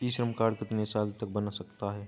ई श्रम कार्ड कितने साल तक बन सकता है?